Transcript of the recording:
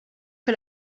que